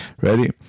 Ready